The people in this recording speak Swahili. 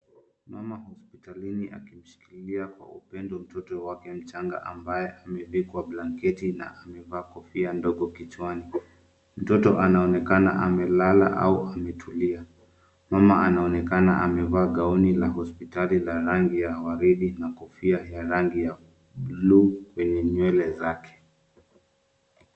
Mama hospitalini akimshikilia kwa upendo mtoto wake mchanga ambaye amevikwa blanketi na amevaa kofia ndogo kichwani. Mtoto anaonekana amelala ama ametulia. Mama anaonekana amevaa gauni la hospitali la ngari ya waridi na kofia ya rangi ya buluu kwenye nywele zake.